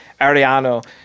Ariano